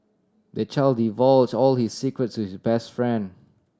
the child divulge all his secrets to his best friend